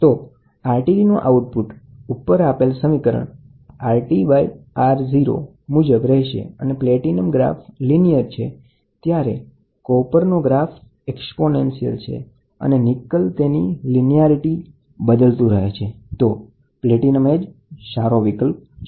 તો RTDનો રીસપોન્સ જો તાપમાનના સંદર્ભમાં RtRo નો ગ્રાફ દોરવામાં આવે તો તમે જોઇ શકો છો કે પ્લૅટિનમનું લિનિયર વલણ છે ત્યારે કોપરનો ગ્રાફ એક્સપોનેન્સીયલ છે અને નિકલ તેની લિનીઆરીટી બદલતું રહે છે તો પ્લેટિનમ એ જ શ્રેષ્ઠ વિકલ્પ છે